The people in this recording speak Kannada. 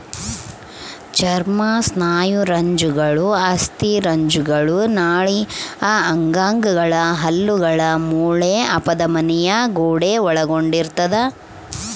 ಚರ್ಮ ಸ್ನಾಯುರಜ್ಜುಗಳು ಅಸ್ಥಿರಜ್ಜುಗಳು ನಾಳೀಯ ಅಂಗಗಳು ಹಲ್ಲುಗಳು ಮೂಳೆ ಅಪಧಮನಿಯ ಗೋಡೆ ಒಳಗೊಂಡಿರ್ತದ